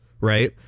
right